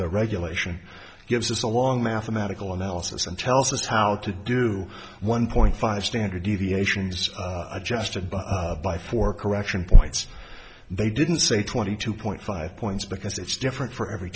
the regulation gives us the long mathematical analysis and tells us how to do one point five standard deviations adjusted by four correction points they didn't say twenty two point five points because it's different for every